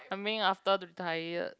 coming after retired